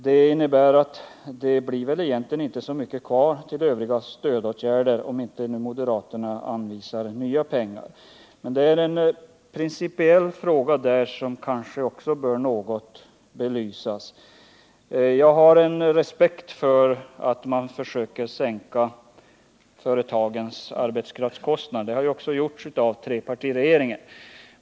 Det innebär att det egentligen inte blir så mycket kvar för övriga stödåtgärder — om nu inte moderaterna anvisar nya pengar. Det ären principiell fråga som kanske också bör belysas något. Jag har respekt för att man försöker sänka företagens arbetskraftskostnader, och det har också gjorts av trepartiregeringen.